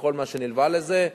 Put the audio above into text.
וכל מה שנלווה לזה.